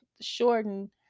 shorten